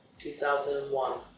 2001